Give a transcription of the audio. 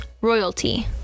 royalty